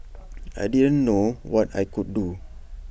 I didn't know what I could do